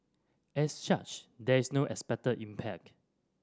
as such there is no expected impact